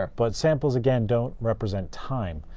ah but samples, again, don't represent time.